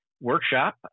Workshop